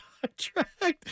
contract